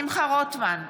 שמחה רוטמן,